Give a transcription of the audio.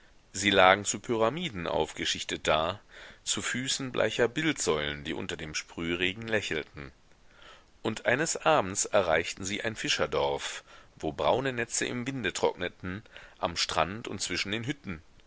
sie lagen zu pyramiden aufgeschichtet da zu füßen bleicher bildsäulen die unter dem sprühregen lächelten und eines abends erreichten sie ein fischerdorf wo braune netze im winde trockneten am strand und zwischen den hütten